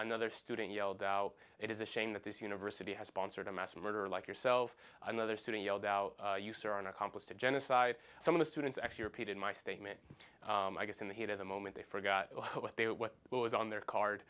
another student yelled it is a shame that this university has sponsored a mass murderer like yourself another student yelled out you sir are an accomplice to genocide some of the students actually repeated my statement i guess in the heat of the moment they forgot what they were what was on their card